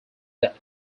that